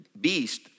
beast